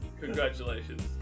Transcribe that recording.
Congratulations